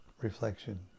reflection